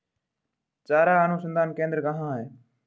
चारा अनुसंधान केंद्र कहाँ है?